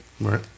Right